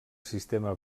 sistema